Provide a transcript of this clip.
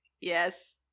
Yes